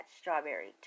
Strawberry